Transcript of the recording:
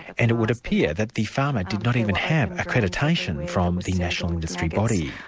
and it would appear that the farmer did not even have accreditation from the national industry body.